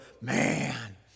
man